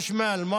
(תיקון,